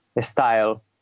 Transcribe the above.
style